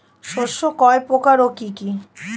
শস্য কয় প্রকার কি কি?